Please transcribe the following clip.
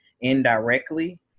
indirectly